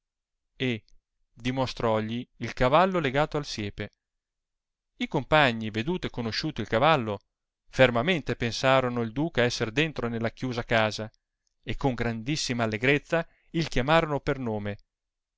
e dimostrogii il cavallo legato al siepe i compagni veduto e conosciuto il cavallo fermamente pensarono il duca esser dentro nella chiusa casa e con grandissima allegrezza il chiamorono per nome